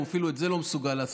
הוא אפילו את זה לא מסוגל לעשות,